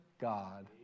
God